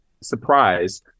surprise